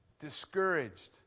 discouraged